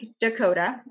Dakota